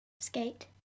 Skate